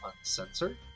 uncensored